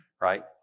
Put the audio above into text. right